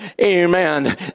Amen